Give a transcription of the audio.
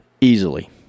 easily